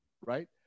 right